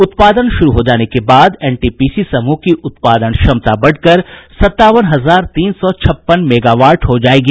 उत्पादन शुरू हो जाने के बाद एनटीपीसी समूह की उत्पादन क्षमता बढ़कर सत्तावन हजार तीन सौ छप्पन मेगावाट हो जायेगी